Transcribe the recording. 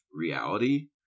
reality